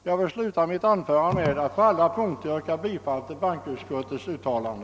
Jag vill sluta mitt anförande med att på alla punkter yrka bifall till bankoutskottets utlåtande.